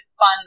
fun